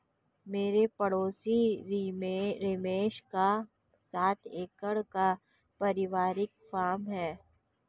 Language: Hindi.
मेरे पड़ोसी रमेश का सात एकड़ का परिवारिक फॉर्म है